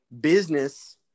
business